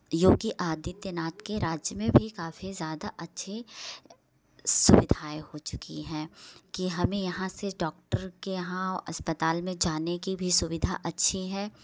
योगी आदित्यनाथ के राज में भी काफ़ी ज़्यादा अच्छी सुविधाएं हो चुकी हैं कि हमें यहाँ से डॉक्टर के यहाँ अस्पताल में जाने की भी सुविधा अच्छी है